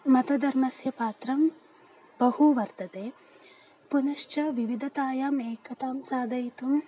मतधर्मस्य पात्रं बहु वर्तते पुनश्च विविधतायाम् एकतां साधयितुम्